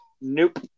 Nope